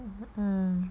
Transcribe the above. um